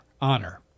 honor